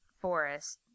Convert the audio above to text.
forest